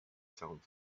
sound